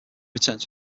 returned